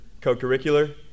co-curricular